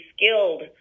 skilled